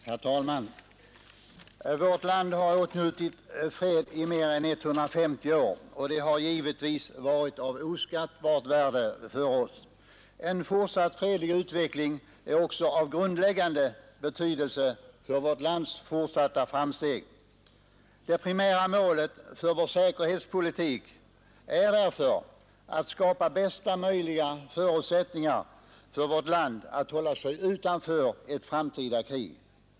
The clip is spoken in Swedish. Herr talman! Vårt land har åtnjutit fred i mer än 150 år, och det har givetvis varit av oskattbart värde för oss. En fortsatt fredlig utveckling är också av grundläggande betydelse för vårt lands fortsatta framsteg. Det primära målet för vår säkerhetspolitik är därför att skapa bästa möjliga förutsättningar för vårt land att hålla sig utanför ett framtida krig.